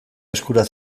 eskura